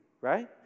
right